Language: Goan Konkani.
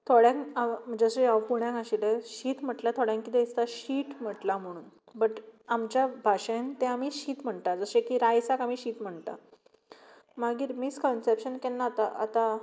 थोड्यांक जशें हांव पुण्यांत आशिल्लें शीत म्हणल्यार थोड्यांक कितें दिसता शीट म्हटलां म्हणून बट आमच्या भाशेंत तें आमी शीत म्हणटात जशें की रायसाक आमी शात म्हणटात मागीर मीसकन्सेपशन केन्ना जाता आतां